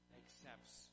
accepts